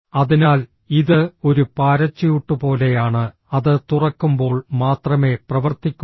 അതിനാൽ ഇത് ഒരു പാരച്യൂട്ട് പോലെയാണ് അത് തുറക്കുമ്പോൾ മാത്രമേ പ്രവർത്തിക്കൂ